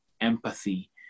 empathy